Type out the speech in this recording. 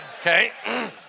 okay